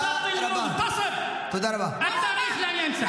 חברת הכנסת טלי גוטליב --- (אומר דברים בשפה הערבית).